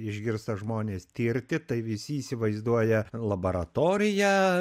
išgirsta žmonės tirti tai visi įsivaizduoja laboratoriją